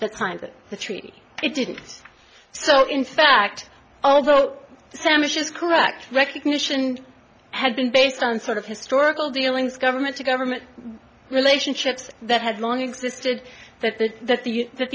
that the treaty it didn't so in fact although sandwich is correct recognition and has been based on sort of historical dealings government to government relationships that had long existed that the that the that